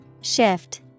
Shift